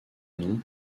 nom